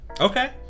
okay